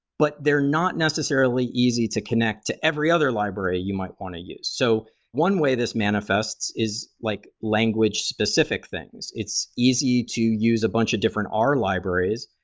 but they're not necessarily easy to connect to every other library you might want to use. so one way this manifests is like language specific things. it's easy to use a bunch of different r libraries,